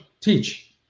teach